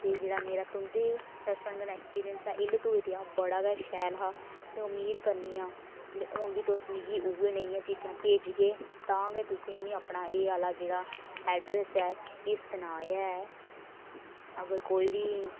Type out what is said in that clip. ते जेहडा मेरा तुं'दे कन्नै जेहड़ा एक्सपिरियंस ऐ बड़ा गै शैल हा ते में उम्मीद करनी हां कि हून बी मिगी तुस मिगी उ'ऐ नेहियां चीजां भेजगे तां गै तुसें मिगी एह् आह्ला जेहड़ा एडरेस एह सनाया तुसेंगी अगर कोई बी